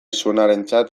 zuenarentzat